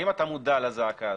האם אתה מודע לזעקה הזאת?